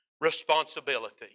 responsibility